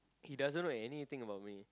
he doesn't know anything about me